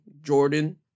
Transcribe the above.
Jordan